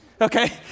Okay